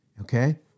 Okay